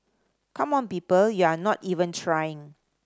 come on people you're not even trying